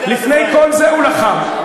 לפני כל זה הוא לחם.